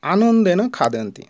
आनन्देन खादन्ति